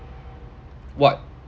what